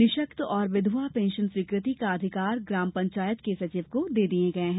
निशक्त और विधवा पेंशन स्वीकृति का अधिकार ग्राम पंचायत के सचिव को दे दिये गये हैं